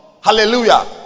Hallelujah